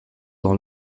dans